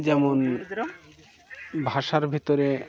যেমন ভাষার ভিতরে